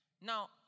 Now